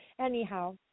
Anyhow